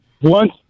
One